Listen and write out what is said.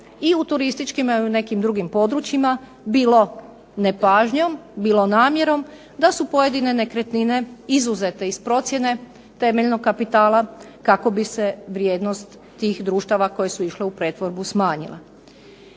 i u turističkim i nekim drugim područjima, bilo nepažnjom, bilo namjerom, da su pojedine nekretnine izuzete iz procjene temeljnog kapitala kako bi se vrijednost tih društva koje su išle u pretvorbu smanjile.